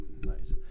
nice